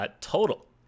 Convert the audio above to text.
Total